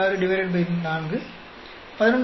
6 4 11